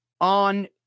on